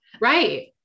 Right